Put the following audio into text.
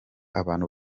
abantu